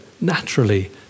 naturally